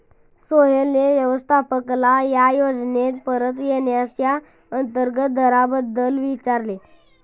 सोहेलने व्यवस्थापकाला या योजनेत परत येण्याच्या अंतर्गत दराबद्दल विचारले